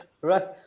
Right